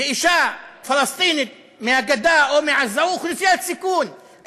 לאישה פלסטינית מהגדה או מעזה הוא אוכלוסיית סיכון.